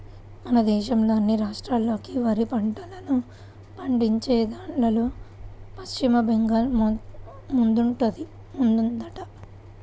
మన దేశంలోని అన్ని రాష్ట్రాల్లోకి వరి పంటను పండించేదాన్లో పశ్చిమ బెంగాల్ ముందుందంట